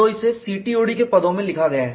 तो इसे CTOD के पदों में लिखा गया है